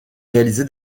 réalisé